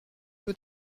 peut